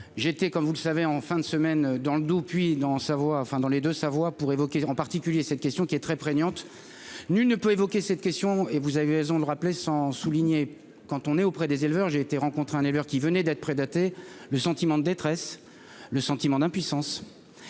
j'étais comme vous le savez, en fin de semaine dans le Doubs, puis dans sa voix, enfin dans les de sa voix pour évoquer en particulier cette question qui est très prégnante, nul ne peut évoquer cette question et vous avez raison de rappeler sans souligner quand on est auprès des éleveurs, j'ai été rencontré un éleveur qui venait d'être prédatés le sentiment de détresse, le sentiment d'impuissance